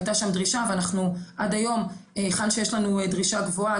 הייתה שם דרישה ואנחנו עד היום היכן שיש לנו דרישה גבוהה,